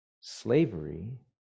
slavery